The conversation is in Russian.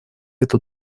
эту